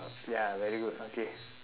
ya very good okay